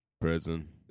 prison